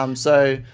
um so,